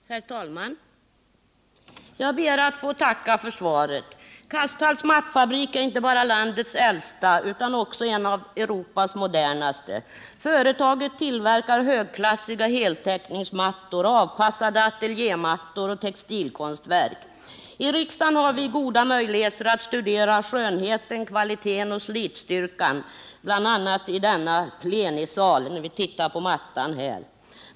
Herr talman! Jag ber att få tacka industriministern för svaret. Kasthalls mattfabrik är inte bara landets äldsta utan också en av Europas modernaste. Företaget tillverkar högklassiga heltäckningsmattor, avpassade ateljémattor och textilkonstverk. Här i riksdagen har vi goda möjligheter att studera skönheten, kvaliteten och slitstyrkan hos de mattor som tillverkas av Kasthalls genom att bl.a. titta på mattan i denna plenisal.